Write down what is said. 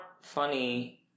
funny